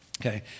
Okay